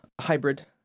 Hybrid